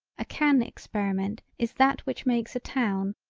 a can experiment is that which makes a town,